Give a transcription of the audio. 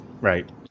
Right